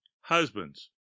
Husbands